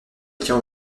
tient